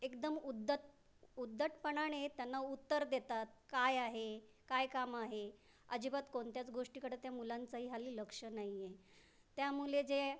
एकदम उद्द्त उद्धटपणाने त्यांना उत्तर देतात काय आहे काय काम आहे अजिबात कोणत्याच गोष्टीकडं त्या मुलांचंही हल्ली लक्ष नाही आहे त्यामुळे जे